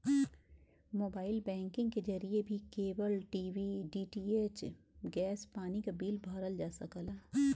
mobile banking के जरिए भी केबल टी.वी डी.टी.एच गैस पानी क बिल भरल जा सकला